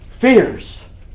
Fears